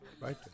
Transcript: Right